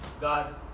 God